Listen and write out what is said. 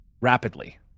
rapidly